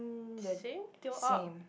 same till up